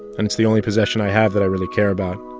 and it's the only possession i have that i really care about.